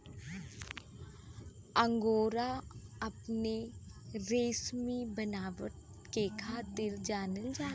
angora अपने रेसमी बनावट के खातिर जानल जाला